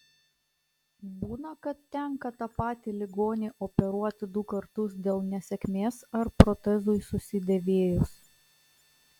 būna kad tenka tą patį ligonį operuoti du kartus dėl nesėkmės ar protezui susidėvėjus